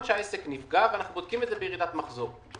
שהעסק נפגע ואנחנו בודקים את זה בירידת מחזור.